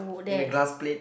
in the glass plate